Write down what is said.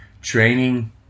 training